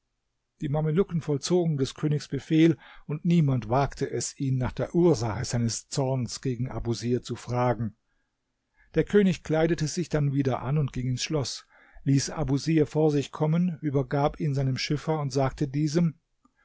die mamelucken vollzogen des königs befehl und niemand wagte es ihn nach der ursache seines zorns gegen abusir zu fragen der könig kleidete sich dann wieder an und ging ins schloß ließ abusir vor sich kommen übergab ihn seinem schiffer und sagte diesem